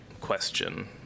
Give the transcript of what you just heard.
question